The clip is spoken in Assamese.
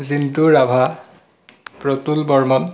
জিন্টু ৰাভা প্ৰতুল বৰ্মন